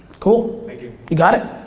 cool. thank you. you got it.